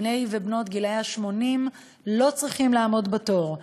בני ובנות ה-80 לא צריכים לעמוד בתור.